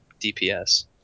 DPS